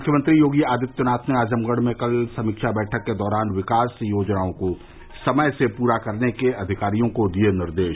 मुख्यमंत्री योगी आदित्यनाथ ने आजमगढ़ में कल समीक्षा बैठक के दौरान विकास योजनाओं को समय से पूरा करने के अधिकारियों को दिये निर्देश